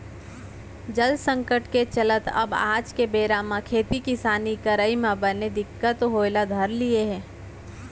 जल संकट के चलत अब आज के बेरा म खेती किसानी करई म बने दिक्कत होय ल धर लिये हे